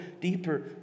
deeper